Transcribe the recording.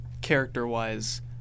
character-wise